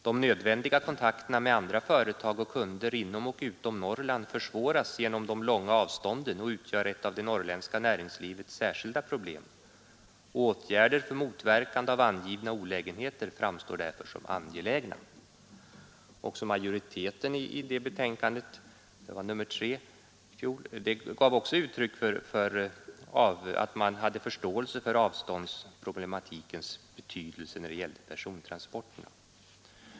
De nödvändiga kontakterna med andra företag och kunder inom och utom Norrland försvåras genom de långa avstånden och utgör ett av det norrländska näringslivets särskilda problem. Åtgärder för motverkande av angivna olägenheter framstår därför som angelägna.” Utskottsmajoriteten gav i det betänkandet, nr 3, också uttryck för att man hade förståelse för avståndsproblematikens betydelse när det gällde persontransporterna.